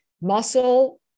Muscle